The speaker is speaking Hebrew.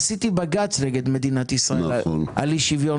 עשיתי בג"צ נגד מדינת ישראל על אי שוויון